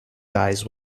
guys